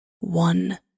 One